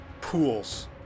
pools